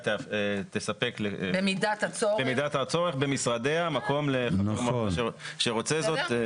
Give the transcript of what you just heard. תספק במידת הצורך במשרדיה מקום למי שרוצה.